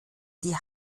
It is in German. die